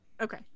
okay